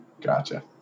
gotcha